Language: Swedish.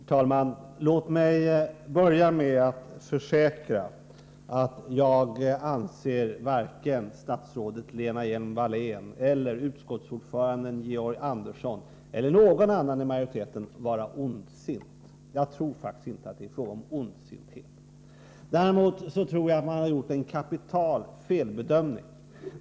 Herr talman! Låt mig börja med att försäkra att jag anser att varken statsrådet Lena Hjelm-Wallén, utskottsordföranden Georg Andersson eller någon annan i majoriteten är ondsint. Inte heller tror jag att deras uppfattningar baserar sig på ondsinthet. Däremot anser jag att de har gjort en kapital felbedömning.